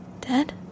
Dead